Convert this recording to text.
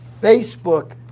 Facebook